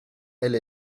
elle